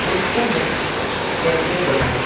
اس کو میں کیسے بدلوں